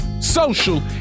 social